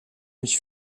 mich